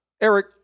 Eric